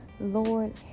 Lord